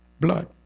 Blood